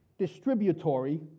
Distributory